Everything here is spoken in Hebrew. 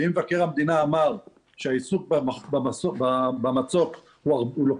אם מבקר המדינה אמר שהעיסוק במצוק לוקח